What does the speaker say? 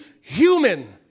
human